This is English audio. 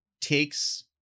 takes